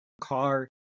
car